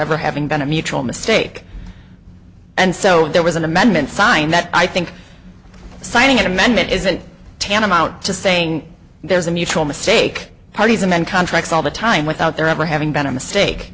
ever having been a mutual mistake and so there was an amendment signed that i think signing an amendment isn't tantamount to saying there's a mutual mistake how does a man contracts all the time without there ever having been a mistake